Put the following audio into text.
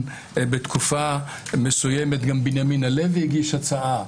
בתקופה מסוימת גם בנימין הלוי הגיש הצעה.